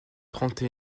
trente